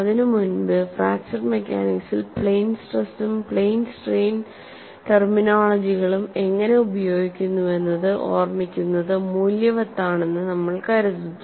അതിനു മുൻപ് ഫ്രാക്ചർ മെക്കാനിക്സിൽ പ്ലെയിൻ സ്ട്രെസും പ്ലെയിൻ സ്ട്രെയിൻ ടെർമിനോളജികളും എങ്ങനെ ഉപയോഗിക്കുന്നുവെന്നത് ഓർമിക്കുന്നത് മൂല്യവത്താണെന്ന് നമ്മൾ കരുതുന്നു